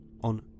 on